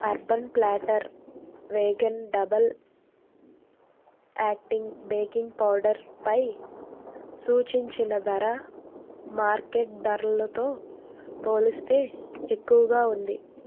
urban Platter vegan double acting baking పౌడర్పై సూచించిన ధర మార్కెట్ ధరలతో పోలిస్తే ఎక్కువగా ఉంది